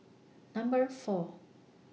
Number four